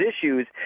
issues